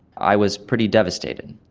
i was pretty devastated.